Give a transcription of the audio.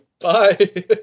Bye